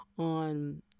on